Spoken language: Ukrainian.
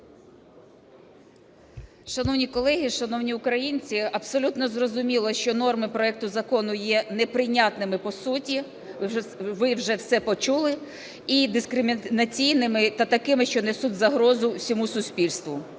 Шановні колеги, шановні українці, абсолютно зрозуміло, що норми проекту закону є неприйнятними по суті, ви вже все почули, і дискримінаційними та такими, що несуть загрозу всьому суспільству.